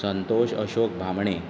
Santosh Ashok Bhamne